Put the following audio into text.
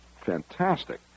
fantastic